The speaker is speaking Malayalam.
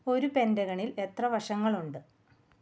ഒരു പെൻറ്റഗണിൽ എത്ര വശങ്ങളുണ്ട്